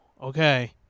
Okay